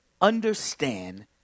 understand